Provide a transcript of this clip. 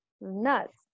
Nuts